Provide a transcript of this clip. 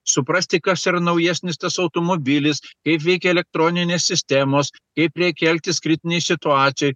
suprasti kas yra naujesnis tas automobilis kaip veikia elektroninės sistemos kaip reikia elgtis kritinėj situacijoj